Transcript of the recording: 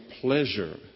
pleasure